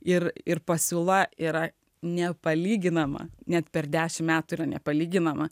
ir ir pasiūla yra nepalyginama net per dešim metų yra nepalyginama